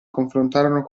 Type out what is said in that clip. confrontano